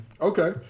Okay